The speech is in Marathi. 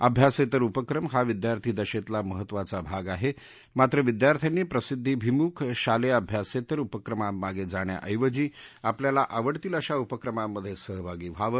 अभ्यासेतर उपक्रम हा विद्यार्थिदशेतला महत्त्वाचा भाग आहे मात्र विद्यार्थ्यांनी प्रसिद्धीभिमुख शालेय अभ्यासेतर उपक्रमांमागे जाण्याऐवजी आपल्याला आवडतील अशा उपक्रमांमधे सहभागी व्हावं